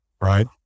Right